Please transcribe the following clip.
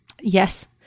Yes